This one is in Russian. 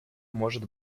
может